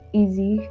easy